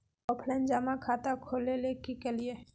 Offline जमा खाता खोले ले की करिए?